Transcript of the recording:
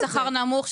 שכר נמוך,